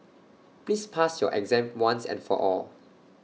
please pass your exam once and for all